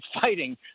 fighting